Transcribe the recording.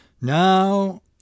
Now